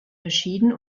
verschieden